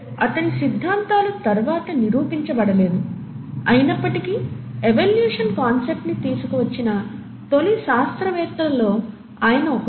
అతని సిద్ధాంతాలు తరువాత నిరూపించబడలేదు అయినప్పటికీఎవల్యూషన్ కాన్సెప్ట్ ని తీసుకొచ్చిన తొలి శాస్త్రవేత్తలలో ఆయన ఒకరు